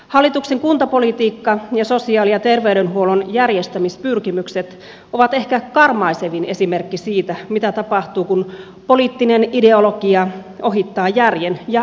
hallituksen kuntapolitiikka ja sosiaali ja terveydenhuollon järjestämispyrkimykset ovat ehkä karmaisevin esimerkki siitä mitä tapahtuu kun poliittinen ideologia ohittaa järjen ja asiantuntemuksen